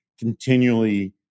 continually